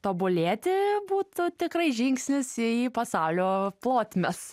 tobulėti būtų tikrai žingsnis į pasaulio plotmes